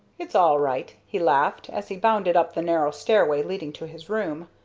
it's all right, he laughed, as he bounded up the narrow stairway leading to his room.